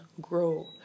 grow